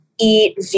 eat